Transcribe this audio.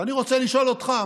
ואני רוצה לשאול אותך,